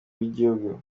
rw’igihugu